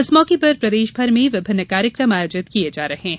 इस मौके पर प्रदेश भर में विभिन्न कार्यक्रम आयोजित किये जा रहे हैं